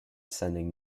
sending